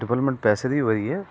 development पैसै दी होआ दी ऐ